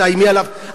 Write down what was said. תאיימי עליו,